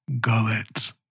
gullet